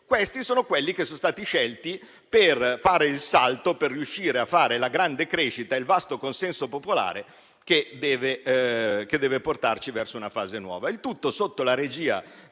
Questi sono quelli che sono stati scelti per fare il salto, per riuscire a fare la grande crescita e a raccogliere il vasto consenso popolare che deve portarci verso una fase nuova, il tutto sotto la regia